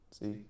See